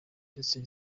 ndetse